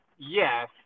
Yes